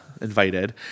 invited